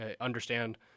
understand